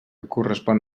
correspon